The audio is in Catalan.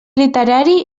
literari